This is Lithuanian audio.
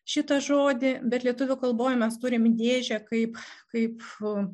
šitą žodį bet lietuvių kalboj mes turim dėžę kaip kaip